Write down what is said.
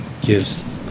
gives